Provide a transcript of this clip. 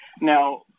Now